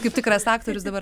kaip tikras aktorius dabar